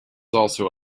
also